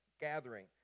gathering